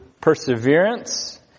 perseverance